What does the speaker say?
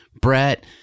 Brett